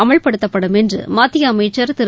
அமல்படுத்தப்படும் என்று மத்திய அமைச்சர் திரு